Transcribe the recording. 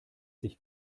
sich